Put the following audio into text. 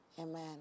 amen